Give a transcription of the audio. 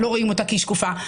לא רואים אותה כי היא שקופה,